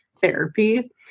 therapy